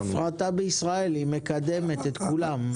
פשוט ההפרטה בישראל מקדמת את כולם...